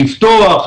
לפתוח,